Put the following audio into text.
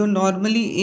normally